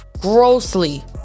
Grossly